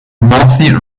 mossy